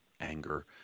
anger